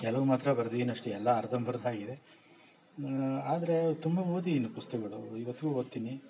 ಕೆಲವು ಮಾತ್ರ ಬರ್ದಿದಿನಿ ಅಷ್ಟೆ ಎಲ್ಲ ಅರ್ಧಂಬರ್ಧ ಆಗಿದೆ ಆದರೆ ತುಂಬ ಓದಿದ್ದೀನಿ ಪುಸ್ತಕಗಳು ಇವತ್ತಿಗೂ ಓದ್ತೀನಿ